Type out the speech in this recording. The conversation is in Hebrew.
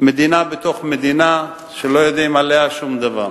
מדינה בתוך מדינה, שלא יודעים עליה שום דבר.